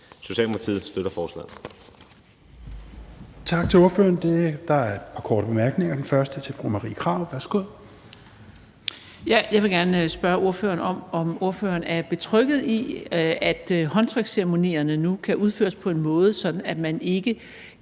Socialdemokratiet støtter forslaget.